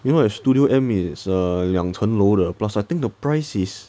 you know at studio M is uh 两层楼的 plus I think the price is